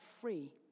free